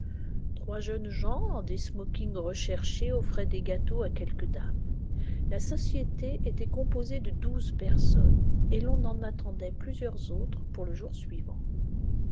trois jeunes gens en des smokings recherchés offraient des gâteaux à quelques dames la société était composée de douze personnes et l'on en attendait plusieurs autres pour le jour suivant